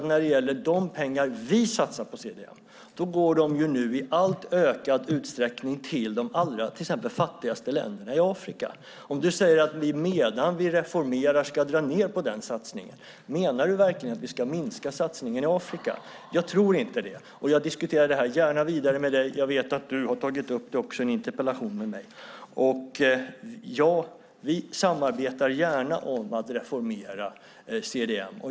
När det gäller de pengar vi satsar på CDM går de till exempel i allt ökad utsträckning till de fattigaste länderna i Afrika. Om du säger att vi medan vi reformerar ska dra ned på den satsningen, menar du verkligen att vi ska minska satsningen i Afrika? Jag tror inte det. Jag diskuterar gärna detta vidare med dig. Jag vet att du också har tagit upp det i en interpellationsdebatt med mig. Vi samarbetar gärna om att reformera CDM.